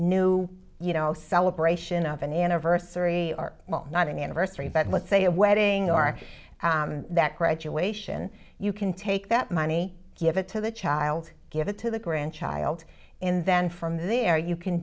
new you know celebration of an anniversary our not in the anniversary but let's say a wedding are that graduation you can take that money give it to the child give it to the grandchild in then from there you can